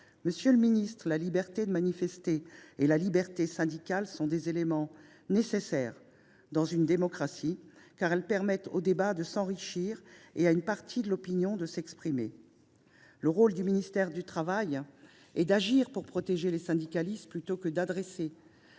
Monsieur le garde des sceaux, la liberté de manifester et la liberté syndicale sont des éléments nécessaires dans une démocratie, car elles permettent au débat de s’enrichir et à une partie de l’opinion de s’exprimer. Le rôle du ministère du travail est d’agir pour protéger les syndicalistes, plutôt que d’adresser,